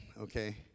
Okay